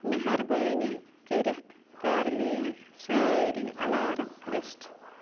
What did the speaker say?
مہربٲنی کٔرِتھ کر میٛٲنۍ سٲری الارَم لسٹہٕ